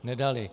Nedali.